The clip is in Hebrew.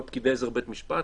לא פקידי עזר בית משפט,